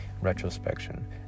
retrospection